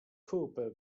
kupę